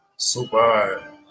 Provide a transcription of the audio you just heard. super